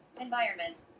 Environment